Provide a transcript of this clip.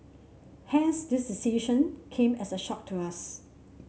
hence this decision came as a shock to us